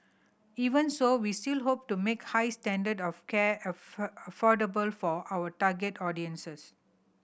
even so we still hope to make high standard of care affordable for our target audience